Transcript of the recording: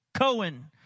Cohen